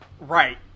Right